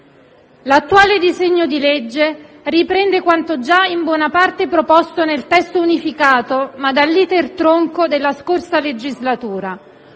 L'attuale disegno di legge riprende quanto già in buona parte proposto nel testo unificato, ma dall'*iter* tronco, della scorsa legislatura.